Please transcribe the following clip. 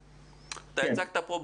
אתה הצגת פה בעיה.